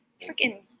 freaking